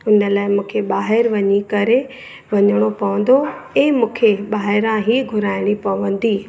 उन लाइ मूंखे ॿाहिरि वञी करे वञिणो पवंदो ऐं मूंखे ॿाहिरा ई घुराइणी पवंदी